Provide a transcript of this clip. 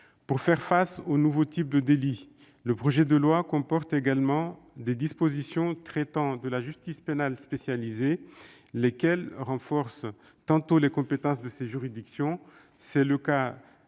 de faire face aux nouveaux types de délits, le projet de loi comporte également des dispositions traitant de la justice pénale spécialisée, qui tantôt renforcent les compétences de ces juridictions- c'est le cas pour celles